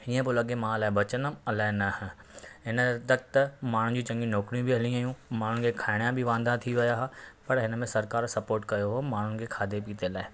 हीअं पियो लॻे मां अलाए बचंदुमि अलाए न हिन तक त माण्हुनि जी चङियूं नौकिरी बि हली वयूं माण्हुनि जे खाइण जा बि वांदा थी विया हुआ पर हिनमें सरकार स्पोर्ट कयो हो माण्हुनि खे खाधे पीते लाइ